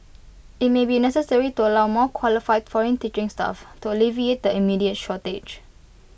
IT may be necessary to allow more qualified foreign teaching staff to alleviate the immediate shortage